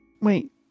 Wait